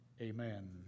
amen